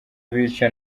bityo